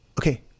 okay